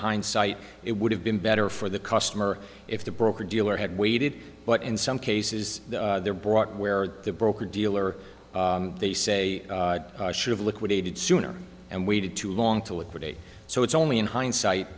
hindsight it would have been better for the customer if the broker dealer had waited but in some cases they're brought where the broker dealer they say should've liquidated sooner and waited too long to liquidate so it's only in hindsight